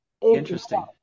Interesting